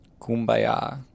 Kumbaya